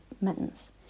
mittens